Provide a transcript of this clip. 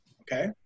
okay